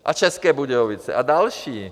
A České Budějovice a další.